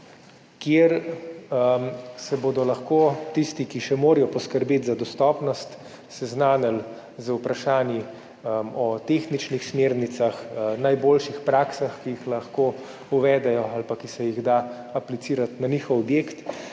kjer se bodo lahko tisti, ki še morajo poskrbeti za dostopnost, seznanili z vprašanji o tehničnih smernicah, najboljših praksah, ki jih lahko uvedejo ali ki se jih da aplicirati na njihov objekt.